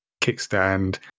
kickstand